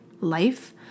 life